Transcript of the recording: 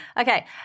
Okay